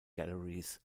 galleries